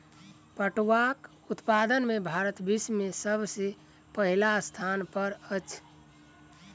पटुआक उत्पादन में भारत विश्व में सब सॅ पहिल स्थान पर अछि